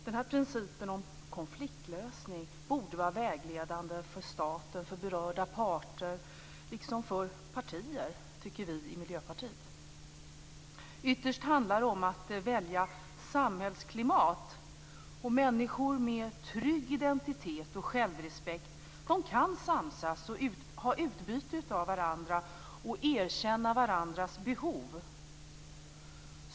Den här principen om konfliktlösning borde vara vägledande för staten och för berörda parter liksom för partier, tycker vi i Ytterst handlar det om att välja samhällsklimat. Människor med trygg identitet och självrespekt kan samsas, ha utbyte av varandra och erkänna varandras behov.